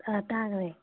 ꯈꯔ ꯇꯥꯒ꯭ꯔꯦ